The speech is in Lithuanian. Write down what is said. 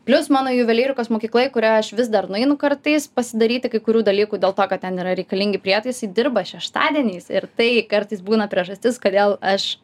plius mano juvelyrikos mokykla į kurią aš vis dar nueinu kartais pasidaryti kai kurių dalykų dėl to kad ten yra reikalingi prietaisai dirba šeštadieniais ir tai kartais būna priežastis kodėl aš